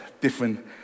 different